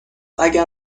اگر